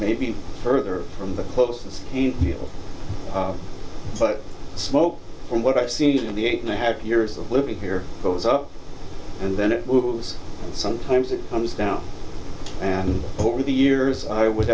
maybe further from the closest but smoke from what i've seen of the eight and a half years of living here goes up and then it moves sometimes it comes down and over the years i would